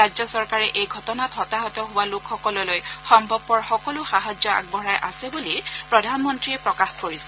ৰাজ্য চৰকাৰে এই ঘটনাত হতাহত হোৱা লোকসকললৈ সম্ভৱপৰ সকলো সাহায্য আগবঢ়াই আছে বুলি প্ৰধানমন্ত্ৰীয়ে প্ৰকাশ কৰিছে